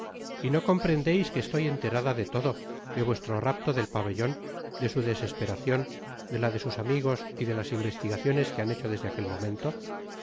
y no comprendeis que estoy enterada de todo de vuestro rapto del pabellon de su desesperacion de la de sus amigos y de las investigaciones que han hecho desde aquel momento